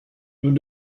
nous